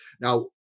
Now